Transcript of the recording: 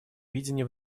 видения